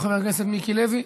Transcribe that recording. חבר הכנסת מיקי לוי.